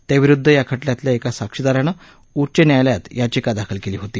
त्याविरुद्ध या खटल्यातल्या एका साक्षीदारानं उच्च न्यायालयात याचिका दाखल केली होती